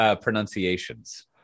pronunciations